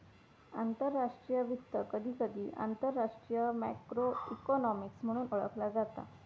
आंतरराष्ट्रीय वित्त, कधीकधी आंतरराष्ट्रीय मॅक्रो इकॉनॉमिक्स म्हणून ओळखला जाता